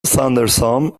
thunderstorm